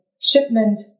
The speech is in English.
shipment